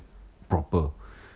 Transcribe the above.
proper